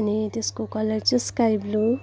अनि त्यसको कलर चाहिँ स्काई ब्लु